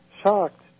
shocked